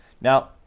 Now